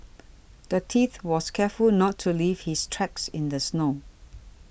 the thief was careful to not leave his tracks in the snow